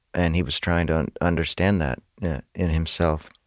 and he was trying to and understand that in himself.